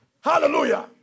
Hallelujah